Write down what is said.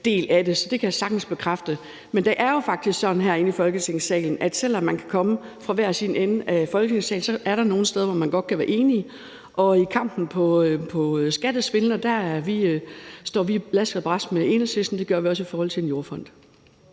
det er jo faktisk sådan herinde i Folketingssalen, at selv om man kan komme fra hver sin ende af Folketingssalen, er der nogle steder, hvor man godt kan være enige, og i kampen mod skattesvindel står vi last og brast med Enhedslisten; det gør vi også i forhold til en jordfond.